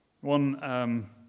One